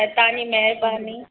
त तव्हांजी महिरबानी